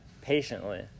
patiently